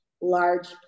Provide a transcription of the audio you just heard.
large